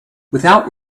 without